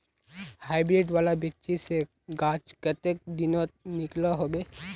Hybrid वाला बिच्ची से गाछ कते दिनोत निकलो होबे?